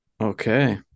Okay